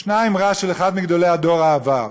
ישנה אמרה של אחד מגדולי דור העבר,